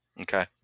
Okay